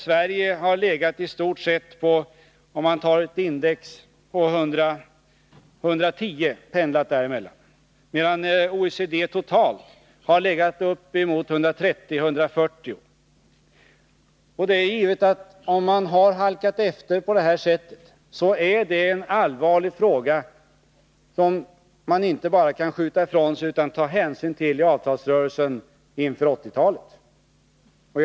Sverige har där i stort sett pendlat kring ett index på 110, medan OECD totalt har legat uppemot 130-140. Det är givet att om man har halkat efter på det här sättet, så är det en allvarlig fråga, som man inte bara kan skjuta ifrån sig utan måste ta hänsyn till i avtalsrörelserna inför 1980-talet.